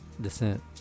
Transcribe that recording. descent